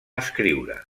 escriure